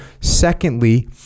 Secondly